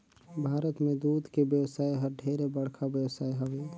भारत में दूद के बेवसाय हर ढेरे बड़खा बेवसाय हवे